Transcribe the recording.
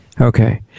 Okay